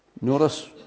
Notice